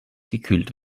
gekühlt